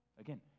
Again